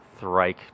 Thrike